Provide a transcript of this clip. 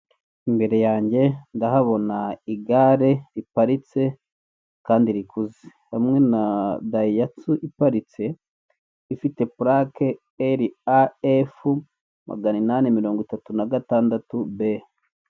Imbere yange ndahabona igare riparitse kandi rikuze hamwe na dayihatsu iparitse ifite pulake eri a efu maganinani mirongo itatu na gatandatu be.